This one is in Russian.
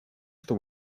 что